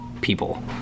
people